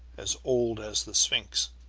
as old as the sphinx.